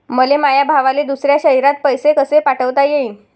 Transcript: मले माया भावाले दुसऱ्या शयरात पैसे कसे पाठवता येईन?